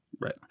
Right